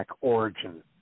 origin